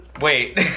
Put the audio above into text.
Wait